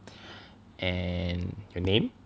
and your name